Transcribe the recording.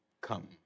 come